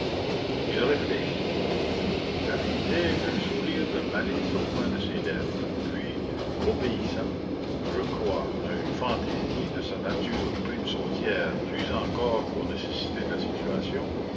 il réfléchit j'avisai un sourire de malice au coin de ses lèvres puis obéissant je crois à une fantaisie de sa nature prime sautière plus encore qu'aux nécessités de la situation